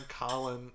Colin